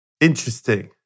Interesting